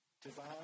Divine